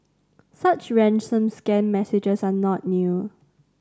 such ransom scam messages are not new